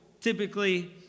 typically